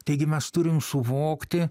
taigi mes turim suvokti